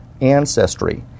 ancestry